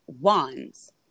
wands